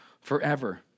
forever